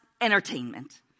entertainment